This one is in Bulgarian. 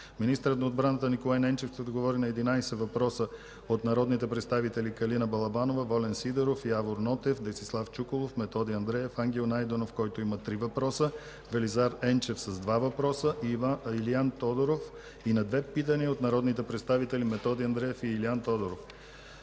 Министърът на отбраната Николай Ненчев ще отговори на 11 въпроса от народните представители Калина Балабанова, Волен Сидеров, Явор Нотев, Десислав Чуколов, Методи Андреев, Ангел Найденов (три въпроса), Велизар Енчев (два въпроса) и Илиан Тодоров, и на две питания от народните представители Методи Андреев, и Илиан Тодоров.